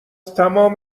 تمام